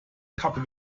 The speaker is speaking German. kap